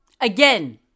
Again